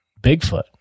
Bigfoot